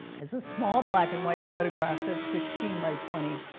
is a small black-and-white photograph that's sixteen by twenty.